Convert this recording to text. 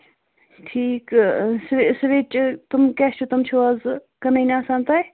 ٹھیٖکہٕ سُوِچ تِم کیٛاہ چھُ تِم چھُ حظ کٕنٕنۍ آسان تۄہہِ